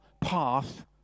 path